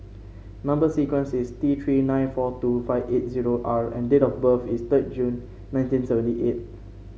number sequence is T Three nine four two five eight zero R and date of birth is third June nineteen seventy eight